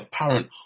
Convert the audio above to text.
apparent